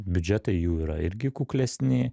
biudžetai jų yra irgi kuklesni